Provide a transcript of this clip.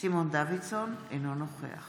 סימון דוידסון, אינו נוכח